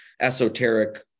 esoteric